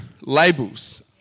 labels